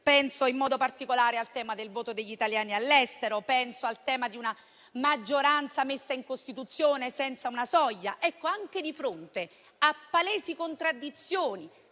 Penso, in modo particolare, ai temi del voto degli italiani all'estero e di una maggioranza messa in Costituzione senza una soglia. Anche di fronte a palesi contraddizioni,